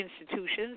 institutions